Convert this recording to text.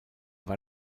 war